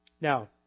Now